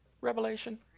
Revelation